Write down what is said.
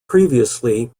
previously